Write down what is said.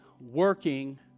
working